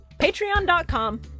Patreon.com